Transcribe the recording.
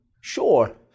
Sure